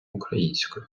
українською